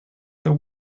there